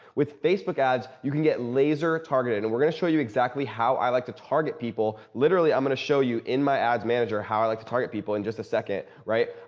with facebook ads, you can get laser targeted. and we're going to show you exactly how i like to target people. literally, i'm going to show you in my ads manager how i like to target people in just a second, right?